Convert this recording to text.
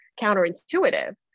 counterintuitive